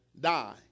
die